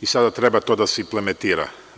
i sada treba to da se implementira.